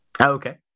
Okay